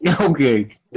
Okay